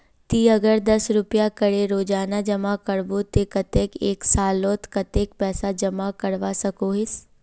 ती अगर दस रुपया करे रोजाना जमा करबो ते कतेक एक सालोत कतेला पैसा जमा करवा सकोहिस?